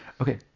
okay